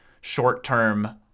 short-term